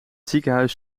ziekenhuis